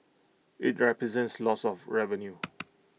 IT represents loss of revenue